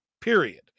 period